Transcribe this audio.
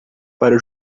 para